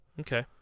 Okay